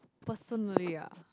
personally ah